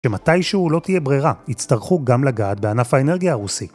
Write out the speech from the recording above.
שמתישהו לא תהיה ברירה, יצטרכו גם לגעת בענף האנרגיה הרוסי.